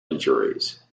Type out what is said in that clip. injuries